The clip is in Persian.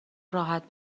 راحت